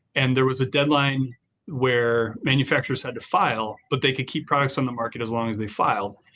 and there was a deadline where manufacturers had to file, but they could keep products on the market as long as they file.